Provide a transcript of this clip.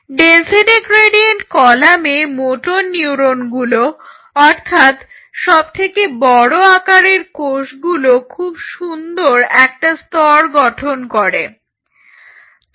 density gradient কলামে motor নিউরনগুলো অর্থাৎ সবথেকে বড় আকারের কোষগুলো খুব সুন্দর একটা স্তর তৈরি করবে